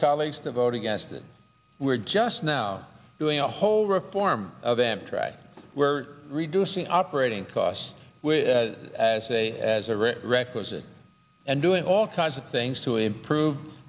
colleagues to vote against it we're just now doing a whole reform of amtrak we're reducing operating costs as a as a rich requisite and doing all kinds of things to improve